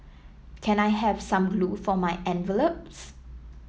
can I have some glue for my envelopes